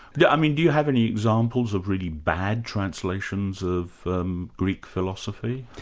yeah i mean, do you have any examples of really bad translations of um greek philosophy?